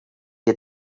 had